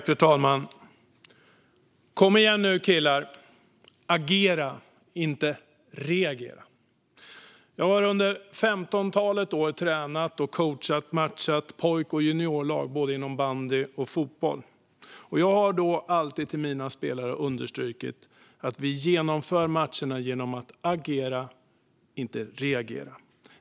Fru talman! Kom igen nu, killar! Agera! Inte reagera! Jag har under ett femtontal år tränat, coachat och matchat pojk och juniorlag inom både bandy och fotboll. Jag har alltid till mina spelare understrukit att vi genomför matcherna genom att agera, inte genom att reagera.